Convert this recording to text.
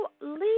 leave